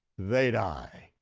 they die.